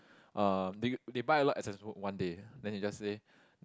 uh they they buy a lot of assessment book one day then they just say